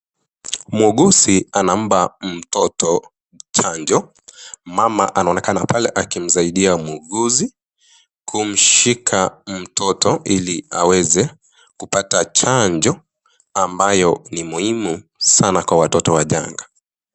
Muuguzi anampa mtoto chanjo. Mama anaonekana pale kumsaidia muuguzi kumshika mtoto ili aweze kupata chanjo ambayo ni muhimu sana kwa watoto wachanga.